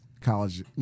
college